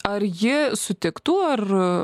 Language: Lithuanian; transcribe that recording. ar ji sutiktų ir